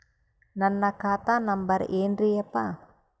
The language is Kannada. ನನ್ನ ಖಾತಾ ನಂಬರ್ ಏನ್ರೀ ಯಪ್ಪಾ?